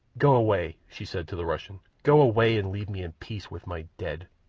go away! she said to the russian. go away and leave me in peace with my dead.